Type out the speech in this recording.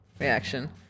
reaction